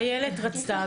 איילת רצתה.